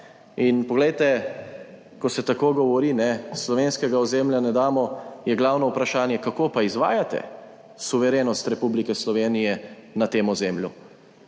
In poglejte, ko se tako govori: »Slovenskega ozemlja ne damo!« je glavno vprašanje, kako pa izvajate suverenost Republike Slovenije na tem ozemlju.